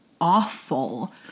awful